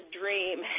dream